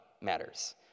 matters